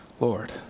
Lord